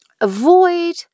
avoid